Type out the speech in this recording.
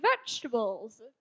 vegetables